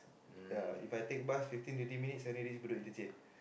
ya If I take bus fifteen or twenty minutes I only reach Bedok interchange